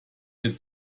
wir